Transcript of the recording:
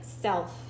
self